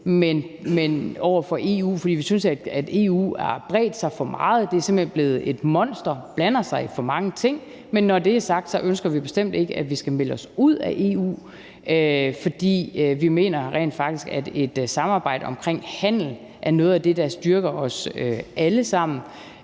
over for EU, fordi vi synes, at EU har bredt sig for meget. Det er simpelt hen blevet et monster, der blander sig i for mange ting, men når det er sagt, ønsker vi bestemt ikke, at vi skal melde os ud af EU, for vi mener rent faktisk, at et samarbejde omkring handel er noget af det, der styrker os alle sammen